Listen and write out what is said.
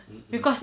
mm mm